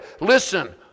Listen